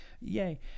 Yay